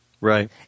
Right